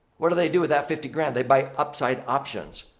what do they do with that fifty grand? they buy upside options.